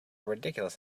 ridiculous